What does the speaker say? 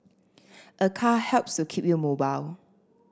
a car helps to keep you mobile